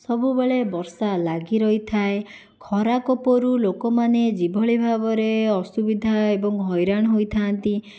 ସବୁବେଳେ ବର୍ଷା ଲାଗି ରହିଥାଏ ଖରା କୋପରୁ ଲୋକମାନେ ଯେଭଳି ଭାବରେ ଅସୁବିଧା ଏବଂ ହଇରାଣ ହୋଇଥାନ୍ତି